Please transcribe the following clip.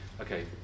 Okay